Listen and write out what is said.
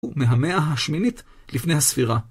ומהמאה השמינית לפני הספירה.